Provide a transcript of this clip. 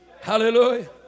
Hallelujah